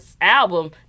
album